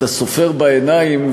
אתה סופר בעיניים,